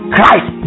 Christ